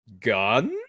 gun